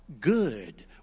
good